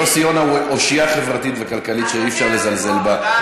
יוסי יונה הוא אושיה חברתית וכלכלית שאי-אפשר לזלזל בה,